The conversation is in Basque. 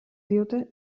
diote